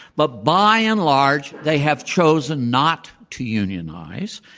but by and large, they have chosen not to unionize.